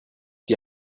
die